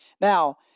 Now